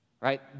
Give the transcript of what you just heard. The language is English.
Right